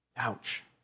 Ouch